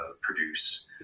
produce